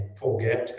forget